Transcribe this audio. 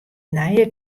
nije